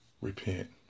repent